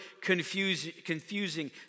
confusing